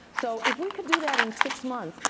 so if we could do that in six months,